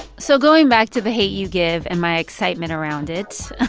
so going back to the hate u give and my excitement around it